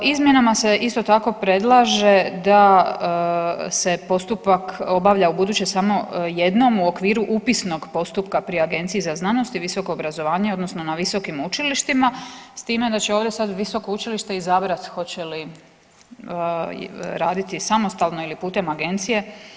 Izmjenama se isto tako predlaže da se postupak obavlja ubuduće samo jednom u okviru upisnog postupka pri Agenciji za znanost i visoko obrazovanje odnosno na visokim učilištima s time da će ovdje sad visoko učilište izabrati hoće li raditi samostalno ili putem agencije.